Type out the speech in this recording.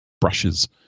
brushes